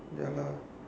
ya lah